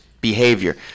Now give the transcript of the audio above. behavior